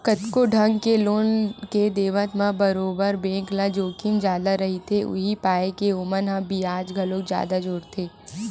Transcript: कतको ढंग के लोन के देवत म बरोबर बेंक ल जोखिम जादा रहिथे, उहीं पाय के ओमन ह बियाज घलोक जादा जोड़थे